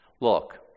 Look